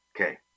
Okay